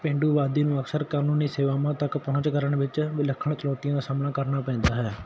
ਪੇਂਡੂ ਆਬਾਦੀ ਨੂੰ ਅਕਸਰ ਕਾਨੂੰਨੀ ਸੇਵਾਵਾਂ ਤੱਕ ਪਹੁੰਚ ਕਰਨ ਵਿੱਚ ਵਿਲੱਖਣ ਚੁਣੋਤੀਆਂ ਦਾ ਸਾਹਮਣਾ ਕਰਨਾ ਪੈਂਦਾ ਹੈ